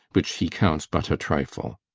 which he counts but a trifle.